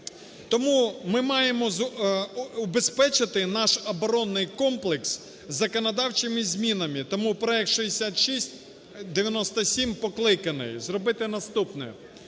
Тому ми маємо убезпечити наш оборонний комплекс законодавчими змінами. Тому проект 6697 покликаний зробити наступне: